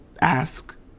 ask